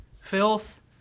filth